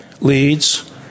leads